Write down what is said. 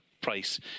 price